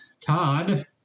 Todd